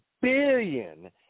billion